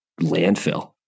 landfill